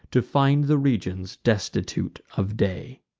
to find the regions destitute of day.